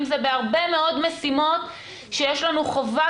ואם זה בהרבה מאוד משימות שיש לנו חובה